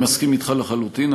אני מסכים אתך לחלוטין,